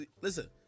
listen